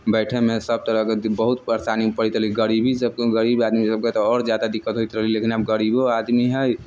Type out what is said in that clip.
बैठयमे सभ तरहके बहुत परेशानी पड़ैत रहलै गरीबीसँ कोइ गरीब आदमी रहै ओकरा तऽ आओर ज्यादा दिक्कत होइत रहलै लेकिन आब गरीबो आदमी हइ